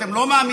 אתם לא מאמינים